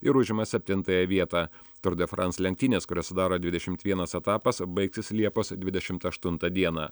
ir užima septintąją vietą turdefrans lenktynės kurias sudaro dvidešimt vienas etapas baigsis liepos dvidešimt aštuntą dieną